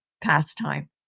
pastime